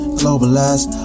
globalized